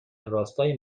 راستای